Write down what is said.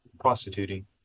prostituting